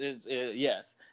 Yes